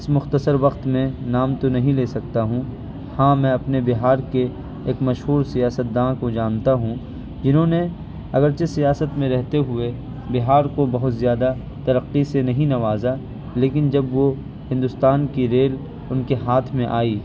اس مختصر وقت میں نام تو نہیں لے سکتا ہوں ہاں میں اپنے بہار کے ایک مشہور سیاست داں کو جانتا ہوں جنہوں نے اگرچہ سیاست میں رہتے ہوئے بہار کو بہت زیادہ ترقی سے نہیں نوازا لیکن جب وہ ہندوستان کی ریل ان کے ہاتھ میں آئی